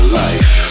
life